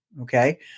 okay